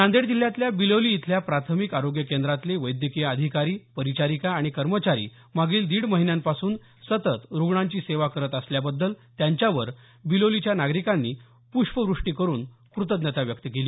नांदेड जिल्ह्यातल्या बिलोली इथल्या प्राथमिक आरोग्य केंद्रातले वैद्यकीय अधिकारी परिचारिका आणि कर्मचारी मागील दिड महिन्यापासून सतत रुग्णांची सेवा करत असल्याबद्दल त्यांच्यावर बिलोलीच्या नागरीकांनी पृष्प वृष्टी करून कृतज्ञता व्यक्त केली